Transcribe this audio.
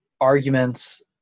arguments